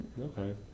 Okay